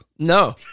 No